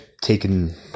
taken